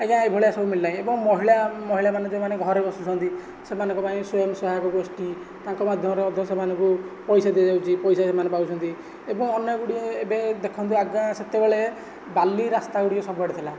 ଆଜ୍ଞା ଏହି ଭଳିଆ ସବୁ ମିଳିଲାନି ଏବଂ ମହିଳା ମହିଳା ମାନେ ଯେଉଁ ମାନେ ଘରେ ବସୁଛନ୍ତି ସେମାନଙ୍କ ପାଇଁ ସ୍ଵୟଂ ସହାୟକ ଗୋଷ୍ଠି ତାଙ୍କ ମାଧ୍ୟମ ରେ ଅଧ୍ୟଛା ମାନଙ୍କୁ ପଇସା ଦିଆଯାଉଛି ପଇସା ଯେଉଁମାନେ ପାଉଛନ୍ତି ଏଵଂ ଅନେକ ଗୁଡ଼ିଏ ଏବେ ଦେଖନ୍ତୁ ଆଜ୍ଞା ସେତେବେଳେ ବାଲି ରାସ୍ତା ଗୁଡ଼ିକ ସବୁଆଡେ ଥିଲା